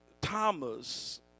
Thomas